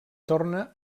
torna